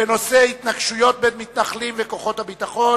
39 בעד, אין מתנגדים ואין נמנעים.